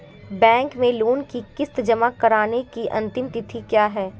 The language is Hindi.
बैंक में लोंन की किश्त जमा कराने की अंतिम तिथि क्या है?